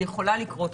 היא יכולה לקרות,